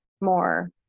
more